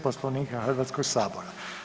Poslovnika Hrvatskog sabora.